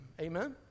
Amen